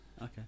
Okay